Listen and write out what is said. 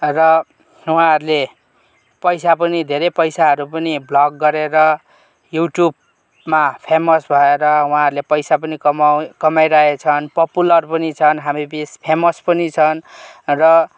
र उहाँहरूले पैसा पनि धेरै पैसाहरू पनि भ्लग गरेर युट्युबमा फेमस भएर उहाँहरूले पैसा पनि कमाइ कमाइरहेछन् अनि पपुलर पनि छन हामीबिच फेमस पनि छन् र